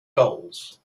goals